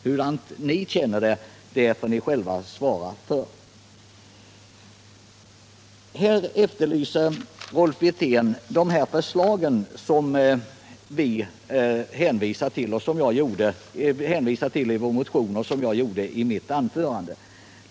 Hur ni känner det får ni själva svara för. Rolf Wirtén efterlyser de förslag som vi hänvisat till i vår motion och som jag berörde i mitt anförande.